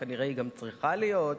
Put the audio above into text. וכנראה היא גם צריכה להיות,